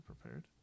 prepared